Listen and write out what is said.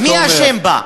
האווירה הזאת, מי אשם בה?